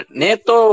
neto